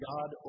God